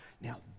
now